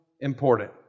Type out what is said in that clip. important